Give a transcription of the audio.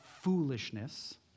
foolishness